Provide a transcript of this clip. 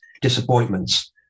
disappointments